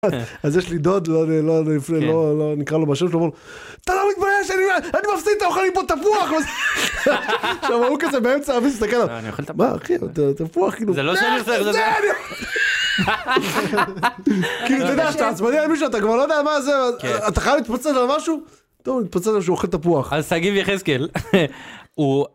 אז יש לי דוד, אני אפילו לא, לא נקרא לו בשם שלו. אתה לא מתבייש אני מפסיד, אתה אוכל לי פה תפוח? עכשיו, ההוא כזה באמצע הביס מסתכל, אני אוכל תפוח. מה אחי? תפוח. זה לא שאני... לך תזדיין. כאילו, אתה יודע, כשאתה עצבני על מישהו, אתה כבר לא יודע על מה זה. אתה חייב להתפוצץ על משהו. אז הוא התפוצץ על זה שהוא אוכל תפוח. אז תגיד לי, יחזקאל, הוא